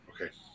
Okay